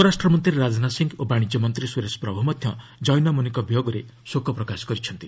ସ୍ୱରାଷ୍ଟ୍ରମନ୍ତ୍ରୀ ରାଜନାଥ ସିଂ ଓ ବାଣିଜ୍ୟମନ୍ତ୍ରୀ ସୁରେଶ ପ୍ରଭୁ ମଧ୍ୟ ଜୈନମୁନିଙ୍କ ବିୟୋଗରେ ଶୋକ ପ୍ରକାଶ କରିଛନ୍ତି